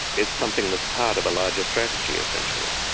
it's something that's part of a larger strategy, essentially.